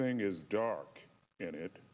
thing is dark and it